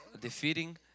defeating